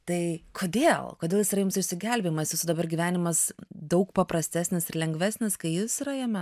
tai kodėl kodėl jis yra jums išsigelbėjimas jūsų dabar gyvenimas daug paprastesnis ir lengvesnis kai jis yra jame